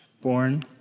born